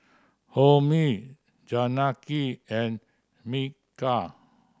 Homi Janaki and Milkha